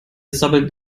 sabbelt